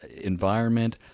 environment